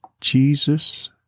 Jesus